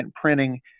printing